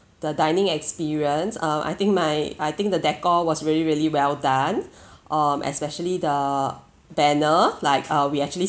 the dining experience uh I think my I think the deco was really really well done um especially the banner like uh we actually